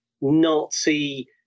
Nazi